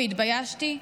והתביישתי: